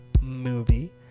movie